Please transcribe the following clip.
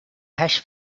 hash